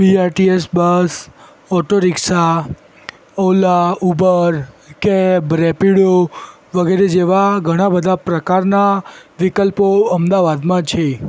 બી R T S bus auto rickshaw Ola Uber cab Rapido વગેરે જેવા ઘણા બધા પ્રકારના વિકલ્પો અમદાવાદમાં છે